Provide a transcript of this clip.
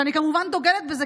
ואני כמובן דוגלת בזה,